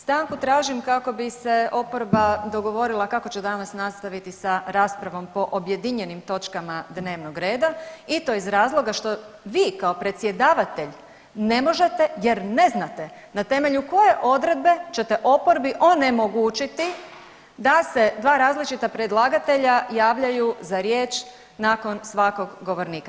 Stanku tražim kako bi se oporba dogovorila kako će danas nastaviti sa raspravom po objedinjenim točkama dnevnog reda i to iz razloga što vi kao predsjedavatelj ne možete jer ne znate na temelju koje odredbe ćete oporbi onemogućiti da se dva različita predlagatelja javljaju za riječ nakon svakog govornika.